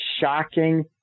shocking